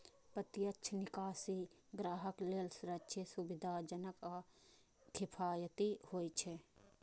प्रत्यक्ष निकासी ग्राहक लेल सुरक्षित, सुविधाजनक आ किफायती होइ छै